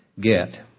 get